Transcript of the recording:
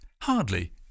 Hardly